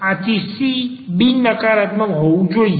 આથી c બિન નકારાત્મક હોવું જોઈએ